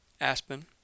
aspen